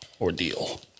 Ordeal